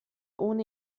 ohne